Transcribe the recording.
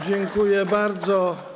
Dziękuję bardzo.